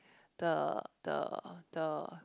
the the the